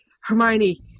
Hermione